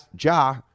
ja